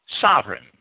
Sovereign